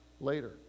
later